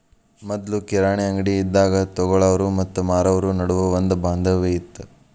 ಮೊದ್ಲು ಕಿರಾಣಿ ಅಂಗ್ಡಿ ಇದ್ದಾಗ ತೊಗೊಳಾವ್ರು ಮತ್ತ ಮಾರಾವ್ರು ನಡುವ ಒಂದ ಬಾಂಧವ್ಯ ಇತ್ತ